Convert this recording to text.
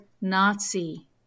Nazi